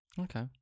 Okay